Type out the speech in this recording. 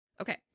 Okay